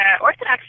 Orthodox